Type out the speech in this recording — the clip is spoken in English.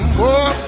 more